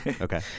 Okay